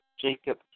Jacob